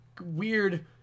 weird